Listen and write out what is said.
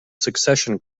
succession